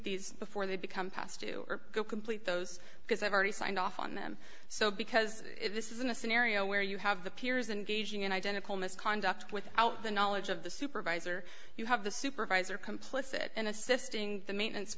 these before they become passed to complete those because i've already signed off on them so because this isn't a scenario where you have the peers and gaging and identical misconduct without the knowledge of the supervisor you have the supervisor complicit in assisting the maintenance